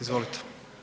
Izvolite.